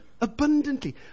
abundantly